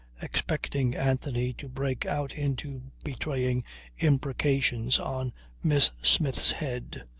expecting anthony to break out into betraying imprecations on miss smith's head,